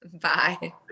Bye